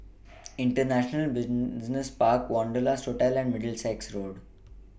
International Business Park Wanderlust Hotel and Middlesex Road